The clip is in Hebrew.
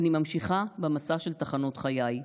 אני ממשיכה במסע של תחנות חיי.